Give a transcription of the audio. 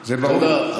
זה ברור.